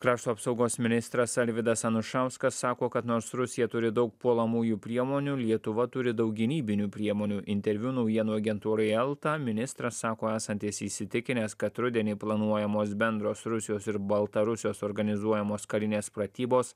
krašto apsaugos ministras arvydas anušauskas sako kad nors rusija turi daug puolamųjų priemonių lietuva turi daug gynybinių priemonių interviu naujienų agentūrai elta ministras sako esantis įsitikinęs kad rudenį planuojamos bendros rusijos ir baltarusijos organizuojamos karinės pratybos